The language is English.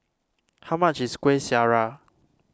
how much is Kueh Syara